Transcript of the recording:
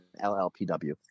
LLPW